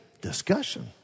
discussion